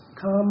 come